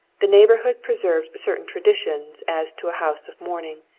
the neighborhood preserved certain traditions as to a house of mourning.